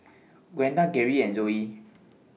Gwenda Gerri and Zoie